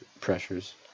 pressures